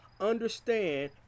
understand